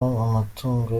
amatungo